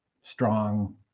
strong